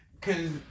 Cause